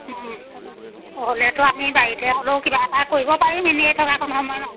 হ'লেতো আমি বাৰীতে হ'লেও কিবা এটা কৰিব পাৰিম এনেই থকাকণ সময়ত ন